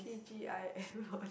t_g_i_f